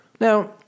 Now